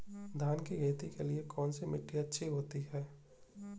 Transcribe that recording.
धान की खेती के लिए कौनसी मिट्टी अच्छी होती है?